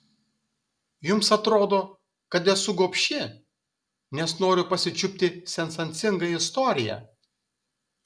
jums atrodo kad esu gobši nes noriu pasičiupti sensacingą istoriją